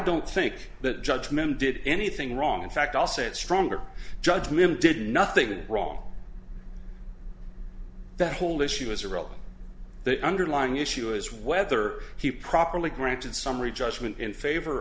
don't think that judge men did anything wrong in fact all set stronger judgment did nothing wrong that whole issue as are all the underlying issue is whether he properly granted summary judgment in favor